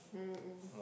mm mm